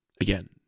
again